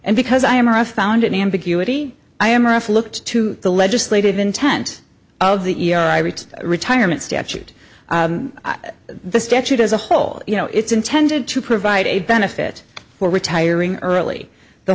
and because i am or i found an ambiguity i am rough looked to the legislative intent of the e r i reached retirement statute the statute as a whole you know it's intended to provide a benefit for retiring early the